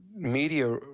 media